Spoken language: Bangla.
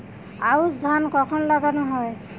আউশ ধান কখন লাগানো হয়?